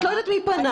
את לא יודעת מי פנה.